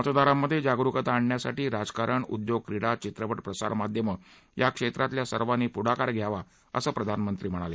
मतदारांमध्ये जागरुकता आणण्यासाठी राजकारण उद्योग क्रीडा चित्रपट प्रसारमाध्यमं या क्षेत्रातल्या सर्वांनी पुढाकार घ्यावा असं प्रधानमंत्री म्हणाले